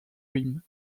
rim